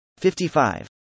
55